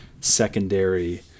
secondary